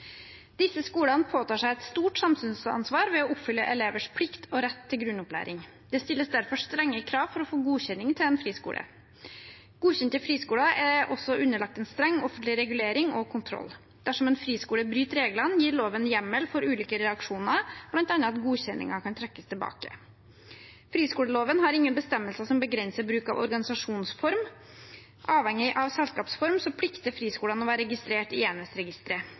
Disse skolene påtar seg et stort samfunnsansvar ved å oppfylle elevers plikt og rett til grunnopplæring. Det stilles derfor strenge krav for å få godkjenning til en friskole. Godkjente friskoler er også underlagt en streng offentlig regulering og kontroll. Dersom en friskole bryter reglene, gir loven hjemmel for ulike reaksjoner, bl.a. at godkjenningen kan trekkes tilbake. Friskoleloven har ingen bestemmelser som begrenser bruk av organisasjonsform. Avhengig av selskapsform plikter friskolene å være registrert i